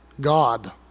God